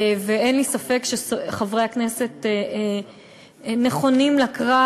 ואין לי ספק שחברי הכנסת נכונים לקרב,